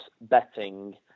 betting